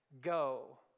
Go